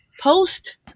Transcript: Post